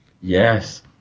yes